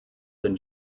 than